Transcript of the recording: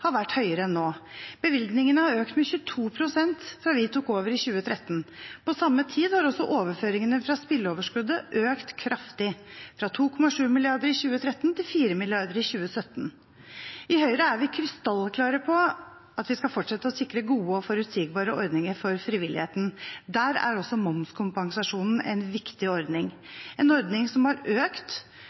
har vært høyere enn nå. Bevilgningene har økt med 22 pst. fra vi tok over i 2013. På samme tid har også overføringene fra spilleoverskuddet økt kraftig, fra 2,7 mrd. kr i 2013 til 4 mrd. kr i 2017. I Høyre er vi krystallklare på at vi skal fortsette å sikre gode og forutsigbare ordninger for frivilligheten. Der er også momskompensasjonen en viktig ordning, en ordning som har økt